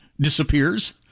disappears